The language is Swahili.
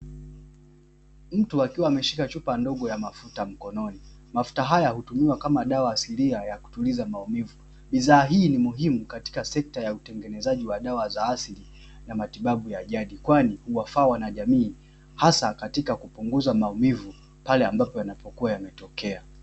Mtu akiwa ameshika chupa ndogo ya mafuta mkononi. Mafuta haya hutumiwa kama dawa asilia ya kutuliza maumivu. Bidhaa hii ni muhimu katika sekta ya utengenezaji wa dawa za asili na matibabu ya jadi, kwani huwafaa wanajamii hasa katika kupunguza maumivu pale ambapo yanakuwa yametokea.